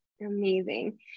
Amazing